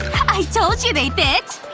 i told you they'd fit!